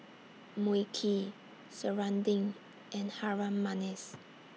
Mui Kee Serunding and Harum Manis